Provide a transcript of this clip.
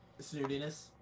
Snootiness